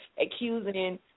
accusing